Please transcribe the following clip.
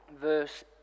verse